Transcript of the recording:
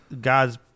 God's